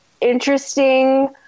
interesting